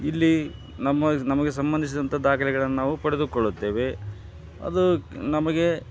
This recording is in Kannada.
ಇಲ್ಲಿ ನಮ್ಮ ನಮಗೆ ಸಂಬಂಧಿಸಿದಂಥ ದಾಖಲೆಗಳನ್ನು ನಾವು ಪಡೆದುಕೊಳ್ಳುತ್ತೇವೆ ಅದು ನಮಗೆ